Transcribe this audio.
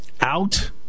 out